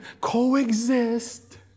coexist